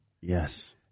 Yes